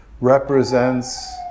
represents